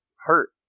hurt